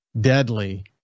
deadly